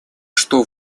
что